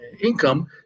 income